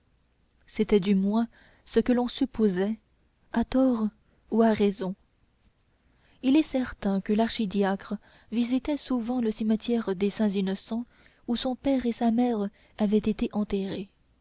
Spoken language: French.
c'était du moins ce que l'on supposait à tort ou à raison il est certain que l'archidiacre visitait souvent le cimetière des saints innocents où son père et sa mère avaient été enterrés